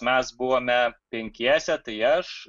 mes buvome penkiese tai aš